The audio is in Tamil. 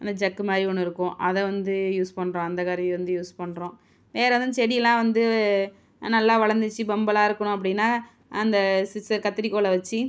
அந்த ஜக்கு மாதிரி ஒன்று இருக்கும் அதை வந்து யூஸ் பண்ணுறோம் அந்த கருவி வந்து யூஸ் பண்ணுறோம் வேறு ஏதும் செடியெல்லாம் வந்து நல்லா வளந்துச்சு பம்பலா இருக்கணும் அப்படின்னா அந்த சிஸ்சர் கத்தரிக்கோலை வெச்சு